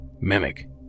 mimic